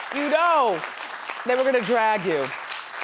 know that we're gonna drag you.